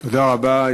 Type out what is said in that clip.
תודה רבה.